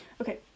Okay